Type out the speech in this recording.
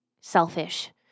selfish